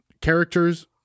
characters